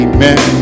Amen